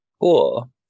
Cool